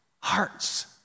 hearts